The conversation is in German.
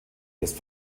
ist